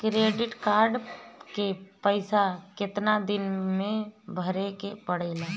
Credit card के पइसा कितना दिन में भरे के पड़ेला?